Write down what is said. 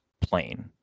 plane